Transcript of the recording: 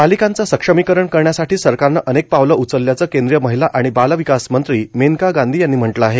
बालिकांचं सक्षमीकरण करण्यासाठी सरकारनं अनेक पावलं उचलल्याचं केंद्रीय महिला आणि बालविकास मंत्री मेनका गांधी यांनी म्हटलं आहे